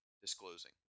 Disclosing